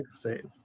save